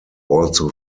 also